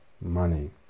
money